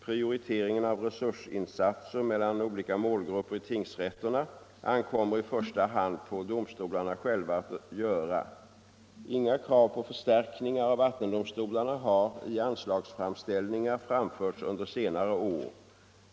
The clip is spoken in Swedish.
Prioriteringen av resursinsatser mellan olika målgrupper i tingsrätterna ankommer i första hand på domstolarna själva att göra. Inga krav på förstärkningar av vattendomstolarna har i anslagsframställningar framförts under senare år.